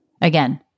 Again